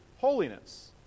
holiness